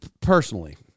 personally